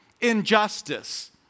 injustice